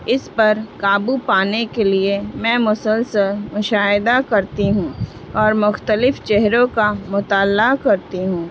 اس پر قابو پانے کے لیے میں مسلسل مشاہدہ کرتی ہوں اور مختلف چہروں کا مطالعہ کرتی ہوں